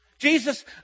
Jesus